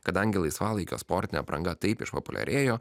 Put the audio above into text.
kadangi laisvalaikio sportinė apranga taip išpopuliarėjo